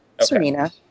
Serena